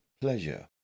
pleasure